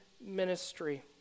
ministry